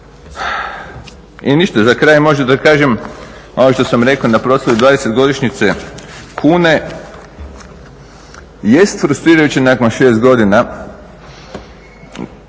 I ništa, za kraj možda da kažem ono što sam rekao na proslavi 20-godišnjice kune, jest frustrirajuće nakon 6 godina